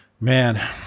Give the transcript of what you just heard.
Man